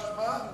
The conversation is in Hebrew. שמע,